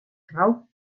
frou